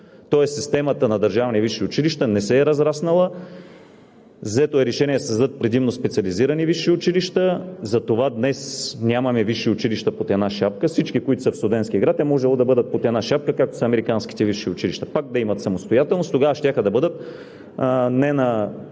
тоест системата на държавните висши училища не се е разраснала. Взето е решение да се създадат предимно специализирани висши училища, затова днес нямаме висши училища под една шапка. Всички, които са в Студентски град, е можело да бъдат под една шапка, както са американските висши училища – пак да имат самостоятелност, тогава щяха да бъдат не на